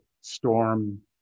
storm